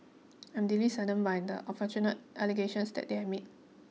I'm deeply saddened by the unfortunate allegations that they have made